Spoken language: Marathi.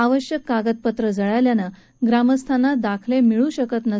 आवश्यक कागदपत्रं जळाल्यानं ग्रामस्थांना दाखले मिळू शकत नाहीत